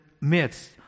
midst